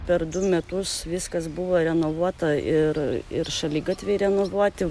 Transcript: per du metus viskas buvo renovuota ir ir šaligatviai renovuoti